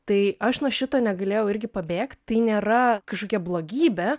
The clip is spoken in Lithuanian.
tai aš nuo šito negalėjau irgi pabėgt tai nėra kažkokia blogybė